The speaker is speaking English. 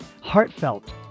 heartfelt